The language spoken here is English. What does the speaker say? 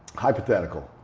hypothetical.